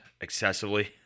excessively